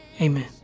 amen